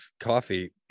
coffee